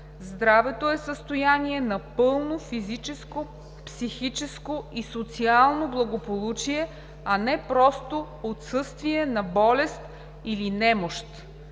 „Здравето“ е състояние на пълно физическо, психическо и социално благополучие, а не просто отсъствие на болест или немощ.